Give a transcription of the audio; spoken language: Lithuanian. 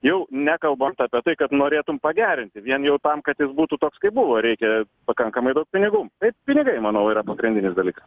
jau nekalbant apie tai kad norėtum pagerinti vien jau tam kad jis būtų toks kaip buvo reikia pakankamai daug pinigų tai pinigai manau yra pagrindinis dalyka